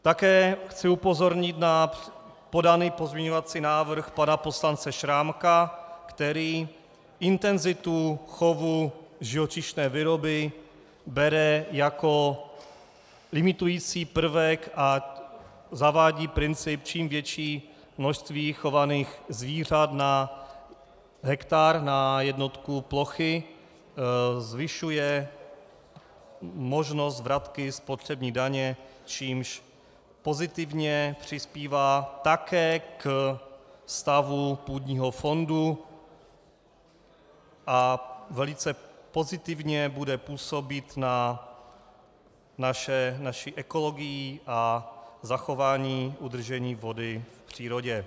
Také chci upozornit na podaný pozměňovací návrh pana poslance Šrámka, který intenzitu chovu živočišné výroby bere jako limitující prvek a zavádí princip čím větší množství chovaných zvířat na hektar, na jednotku plochy, zvyšuje možnost vratky spotřební daně, čímž pozitivně přispívá také ke stavu půdního fondu a velice pozitivně bude působit na naši ekologii a zachování a udržení vody v přírodě.